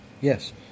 Yes